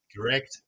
Correct